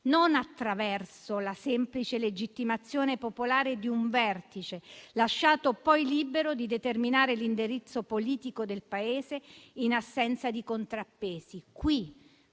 non attraverso la semplice legittimazione popolare di un vertice lasciato poi libero di determinare l'indirizzo politico del Paese in assenza di contrappesi.